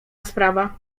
sprawa